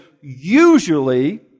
usually